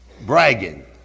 Bragging